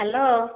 hello